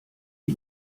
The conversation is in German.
die